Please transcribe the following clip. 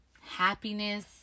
happiness